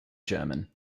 german